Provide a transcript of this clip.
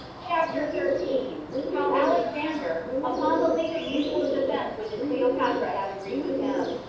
chapter thirteen. how alexander, upon the league of mutual defense which cleopatra had agreed with him,